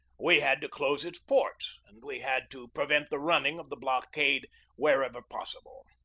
we had to close its ports and we had to prevent the running of the blockade wherever possible.